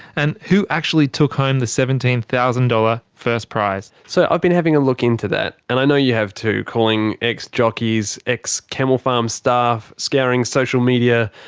and who actually took home the seventeen thousand dollars first prize? so i've been having a look into that. and i know you have too. calling ex-jockeys, ex-camel farm staff, scouring social media,